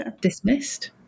dismissed